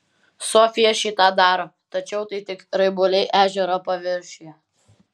sofija šį tą daro tačiau tai tik raibuliai ežero paviršiuje